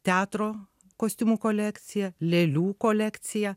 teatro kostiumų kolekciją lėlių kolekciją